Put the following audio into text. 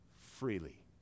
freely